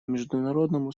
международному